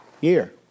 year